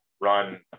run